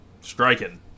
Striking